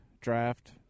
draft